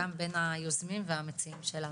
גם בין היוזמים והמציעים של הדיון.